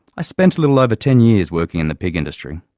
i spent a little over ten years working in the pig industry,